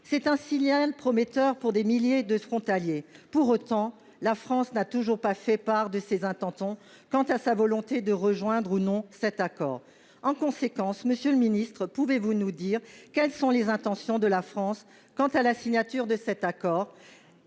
C'est un signal prometteur pour des milliers de frontaliers. Pour autant, la France n'a toujours pas fait part de ses intentions quant à la signature de cet accord. Monsieur le ministre, pouvez-vous nous dire quelles sont les intentions de la France vis-à-vis de cet accord ?